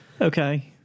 okay